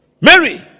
Mary